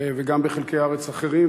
וגם בחלקי ארץ אחרים,